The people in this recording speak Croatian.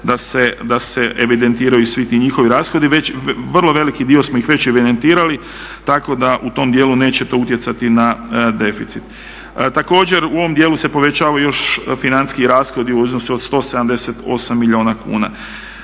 da se evidentiraju svi ti njihovi rashodi. Vrlo veliki dio smo ih već evidentirali tako da u tom dijelu neće to utjecati na deficit. Također u ovom dijelu se povećavaju još financijski rashodi u iznosu od 178 milijuna kuna.